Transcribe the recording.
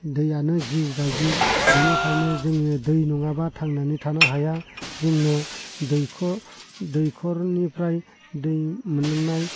दैयानो जिउ बायदि बेनिखायनो जोङो दै नङाबा थांनानै थानो हाया जोंनो दैखौ दैखरनिफ्राय दै मोनलोंनाय